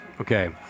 Okay